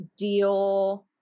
Dior